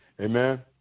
Amen